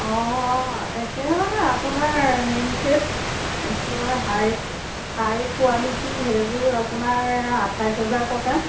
অঁ একেবাৰে আপোনাৰ মেইন ছেট একেবাৰে হাই হাই কুৱালিটি সেইযোৰ আপোনাৰ আঠাইছ হেজাৰ টকা